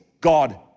God